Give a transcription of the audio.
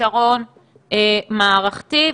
פתרון מערכתי.